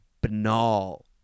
banal